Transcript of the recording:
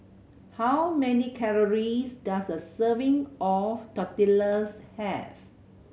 how many calories does a serving of Tortillas have